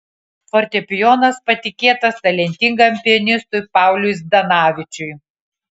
fortepijonas patikėtas talentingam pianistui pauliui zdanavičiui